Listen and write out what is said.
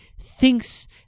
thinks